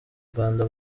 rwanda